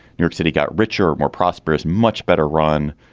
york city got richer more prosperous much better run.